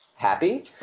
Happy